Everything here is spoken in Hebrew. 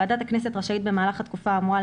ועדת הכנסת רשאית במהלך התקופה האמורה,